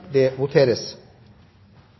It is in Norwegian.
det